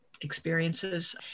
experiences